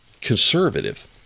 conservative